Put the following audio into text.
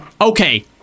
okay